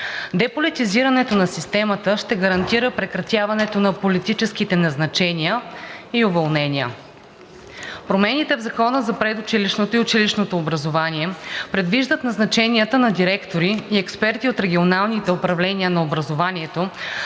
Деполитизирането на системата ще гарантира прекратяването на политическите назначения и уволнения. Промените в Закона за предучилищното и училищното образование предвиждат назначенията на директори и експерти от регионалните управления на образованието